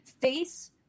face